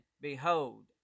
Behold